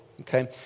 Okay